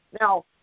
Now